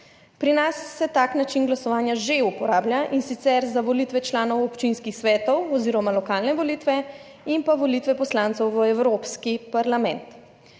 Pri nas se tak način glasovanja že uporablja, in sicer za volitve članov občinskih svetov oziroma lokalne volitve in pa volitve poslancev v Evropski parlament.